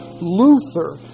Luther